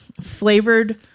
Flavored